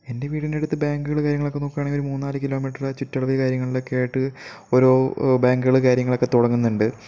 എൻ്റെ വീടിൻ്റെ അടുത്ത് ബാങ്കുകൾ കാര്യങ്ങളൊക്കെ നോക്കുകയാണേൽ ഒരു മൂന്നാല് കിലോ മീറ്റർ ചുറ്റളവ് കാര്യങ്ങളിലൊക്കെ ആയിട്ട് ഓരോ ബാങ്കുകൾ കാര്യങ്ങളൊക്കെ തുടങ്ങുന്നുണ്ട്